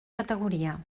categoria